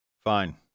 Fine